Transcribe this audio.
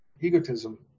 egotism